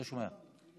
לא שומע.